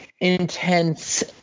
intense